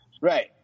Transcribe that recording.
right